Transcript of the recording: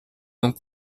donc